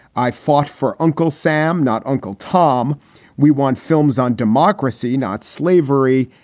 i fought for uncle sam, not uncle tom we want films on democracy, not slavery,